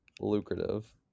lucrative